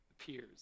appears